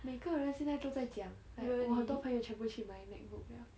每个人现在都在讲 like 我很多朋友去买 macbook liao